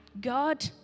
God